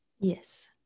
yes